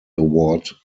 award